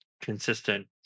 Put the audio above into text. consistent